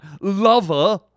lover